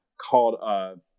called